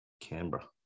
Canberra